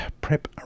Prep